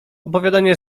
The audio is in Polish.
opowiadanie